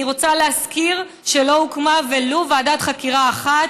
אני רוצה להזכיר שלא הוקמה ולו ועדה חקירה אחת,